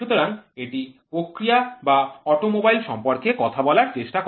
সুতরাং এটি প্রক্রিয়া বা অটোমোবাইল সম্পর্কে কথা বলার চেষ্টা করে